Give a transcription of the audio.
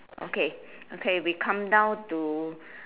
okay okay we come down to